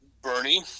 Bernie